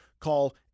Call